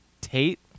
Tate